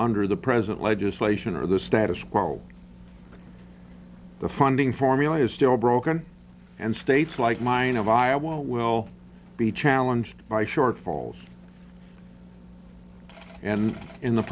under the present legislation are the status quo the funding formula is still broken and states like mine of iowa will be challenged by shortfalls and in the